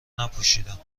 نپوشیدم